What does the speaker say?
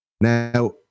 Now